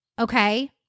Okay